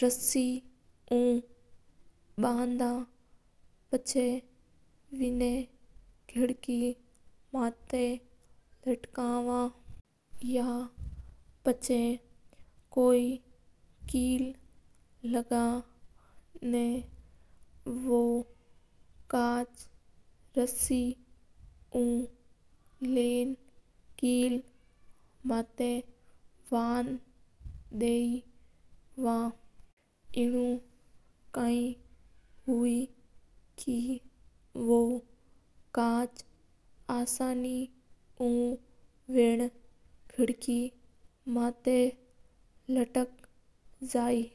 रासी। उ बनाना और बाद मा बिन कच माता आपां कीलू टोक दव। जन बो कचा तार जाई